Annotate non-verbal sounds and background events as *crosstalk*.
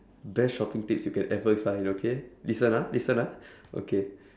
best shopping tips you can ever find okay listen ah listen ah *breath* okay